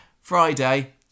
Friday